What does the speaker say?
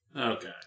Okay